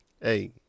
hey